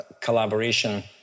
collaboration